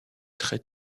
très